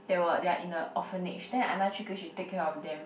they were they are in a orphanage then another three kids she take care of them